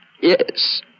Yes